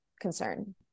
concern